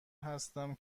هستم